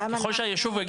ככל שהיישוב יגיד